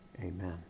amen